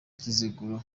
kiziguro